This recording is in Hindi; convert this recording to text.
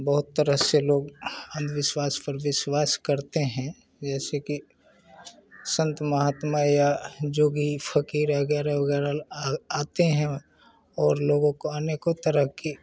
बहुत तरह से लोग अंधविश्वास पर विश्वास करते हैं जैसे कि संत महात्मा या जोगी फ़क़ीर वग़ैरह वग़ैरह आ आते हैं और लोगों को आनेकों तरह के